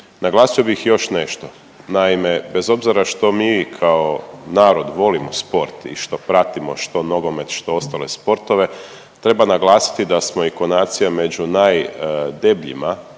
Naglasio bih još nešto, naime bez obzira što mi kao narod volimo sport i što pratimo što nogomet, što ostale sportove treba naglasiti da smo i ko nacija među najdebljima